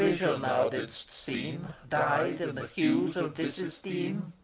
thou didst seem dyed in the hues of disesteem.